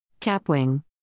Capwing